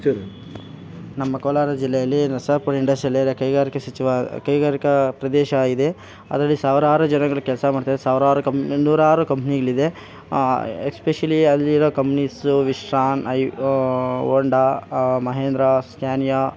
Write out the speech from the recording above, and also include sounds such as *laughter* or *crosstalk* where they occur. *unintelligible* ನಮ್ಮ ಕೋಲಾರ ಜಿಲ್ಲೆಯಲ್ಲಿ ನರಸಾಪುರ ಇಂಡಸ್ಟ್ರಿಯಲ್ಲಿರುವ ಕೈಗಾರಿಕಾ ಸಚಿವ ಕೈಗಾರಿಕಾ ಪ್ರದೇಶ ಇದೆ ಅದರಲ್ಲಿ ಸಾವಿರಾರು ಜನಗಳು ಕೆಲಸ ಮಾಡ್ತಾರೆ ಸಾವಿರಾರು ಕಂಪ್ ನೂರಾರು ಕಂಪ್ನಿಗಳಿದೆ ಎಸ್ಪೆಶಲಿ ಅಲ್ಲಿರೋ ಕಂಪ್ನೀಸು ವಿಶ್ರಾನ್ ಐ ಓ ಓಂಡಾ ಮಹೇಂದ್ರ ಸ್ಕ್ಯಾನಿಯಾ